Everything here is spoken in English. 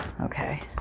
okay